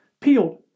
peeled